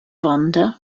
vonda